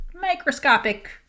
microscopic